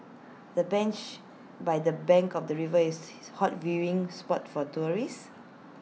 the bench by the bank of the river is A hot viewing spot for tourists